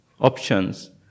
Options